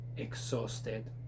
exhausted